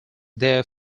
their